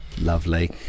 Lovely